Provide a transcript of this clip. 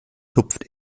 tupft